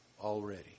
already